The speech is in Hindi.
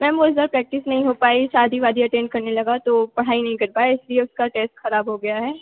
मैम वह इस बार प्रैक्टिस नहीं हो पाई शादी वादी अटेंड करने लगा तो पढ़ाई नहीं कर पाएँ इसलिए उसका टेस्ट ख़राब हो गया है